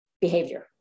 behavior